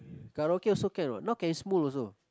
karaoke also can what now can Smule also